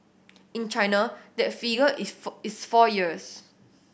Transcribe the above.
in China that figure is four is four years